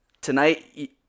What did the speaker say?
tonight